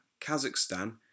Kazakhstan